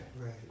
Right